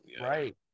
Right